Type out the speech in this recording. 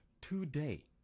today